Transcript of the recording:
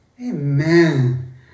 amen